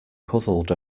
puzzled